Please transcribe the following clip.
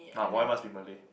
ah why must be Malay